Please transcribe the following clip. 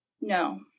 No